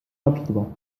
rapidement